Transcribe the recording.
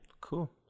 cool